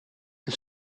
een